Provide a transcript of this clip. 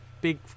big